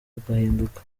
agahinduka